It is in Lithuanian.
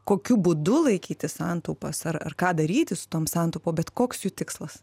kokiu būdu laikyti santaupas ar ar ką daryti su tom santaupom bet koks jų tikslas